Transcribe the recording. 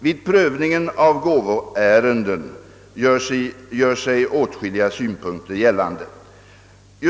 Vid prövningen av gåvoärenden gör sig åtskilliga synpunkter gällande.